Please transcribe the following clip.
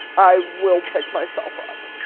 i will pick myself up.